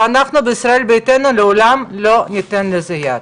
ואנחנו בישראל ביתנו לעולם לא ניתן לזה יד.